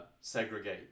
segregate